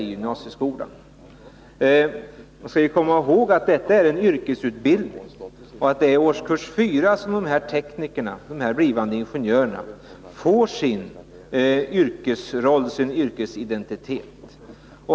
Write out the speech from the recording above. Vi skall komma ihåg att detta är en yrkesutbildning och att det är i årskurs 4 som teknikerna — de blivande ingenjörerna — får sin yrkesidentitet.